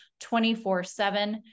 24-7